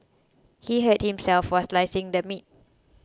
he hurt himself while slicing the meat